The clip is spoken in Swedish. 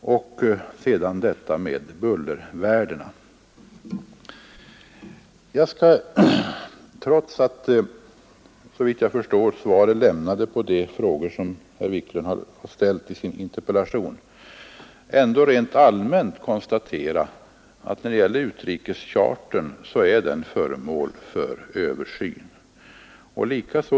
Sedan var det detta med bullervärdena. Jag kan, trots att såvitt jag förstår svar är lämnade på de frågor som herr Wiklund ställde i sin interpellation rent allmänt konstatera att när det gäller utrikeschartern så är den föremål för översyn.